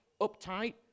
uptight